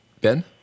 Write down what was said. Ben